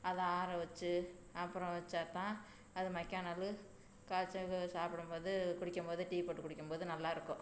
அதை ஆற வச்சு அப்புறம் வச்சாத் தான் அது மக்யான் நாள் காச்சு சாப்பிடும் போது குடிக்கும் போது டீ போட்டுக் குடிக்கும் போது நல்லாருக்கும்